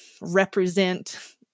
represent